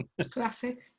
Classic